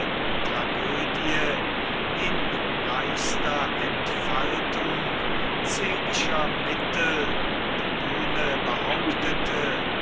tragödie in reichster entfaltung szenischer mittel die bühne behauptete